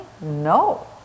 No